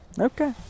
Okay